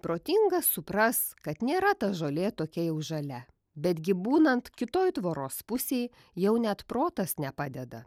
protingas supras kad nėra ta žolė tokia jau žalia betgi būnant kitoj tvoros pusėj jau net protas nepadeda